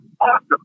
awesome